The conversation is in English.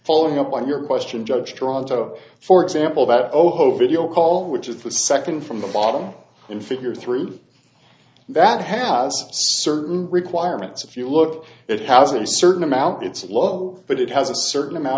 following up on your question judge toronto for example that ohio video call which is the second from the bottom in figure three that have certain requirements if you look it has a certain amount it's low but it has a certain amount